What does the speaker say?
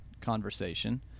conversation